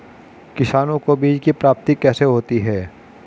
किसानों को बीज की प्राप्ति कैसे होती है?